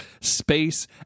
Space